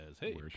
hey